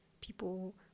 people